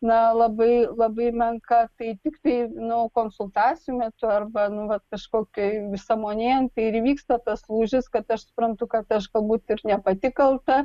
na labai labai menka tai tiktai nu konsultacijų metu arba nu vat kažkokia sąmonėjant tai įvyksta tas lūžis kad aš suprantu kad aš galbūt ir nė pati kalta